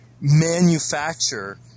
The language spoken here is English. manufacture